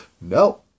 No